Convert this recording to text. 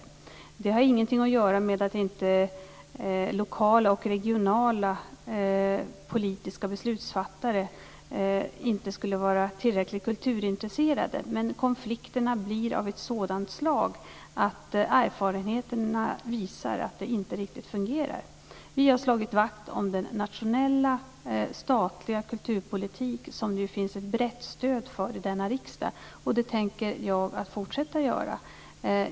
Detta har ingenting att göra med att lokala och regionala politiska beslutsfattare inte skulle vara tillräckligt kulturintresserade. Men konflikterna blir av ett sådant slag att erfarenheterna visar att det inte riktigt fungerar. Vi har slagit vakt om den nationella statliga kulturpolitik som det finns ett brett stöd för i denna riksdag, och det tänker jag fortsätta att göra.